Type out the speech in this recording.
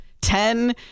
Ten